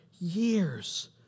years